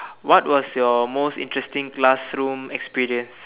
what was your most interesting classroom experience